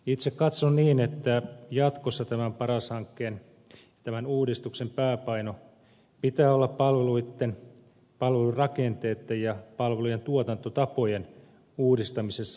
itse katson niin että jatkossa tämän uudistuksen pääpainon pitää olla palveluitten palvelurakenteitten ja palvelujen tuotantotapojen uudistamisessa